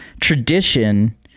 tradition